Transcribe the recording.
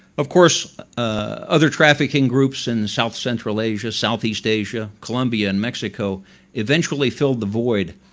of course ah other trafficking groups in south central asia, southeast asia, colombia and mexico eventually filled the void.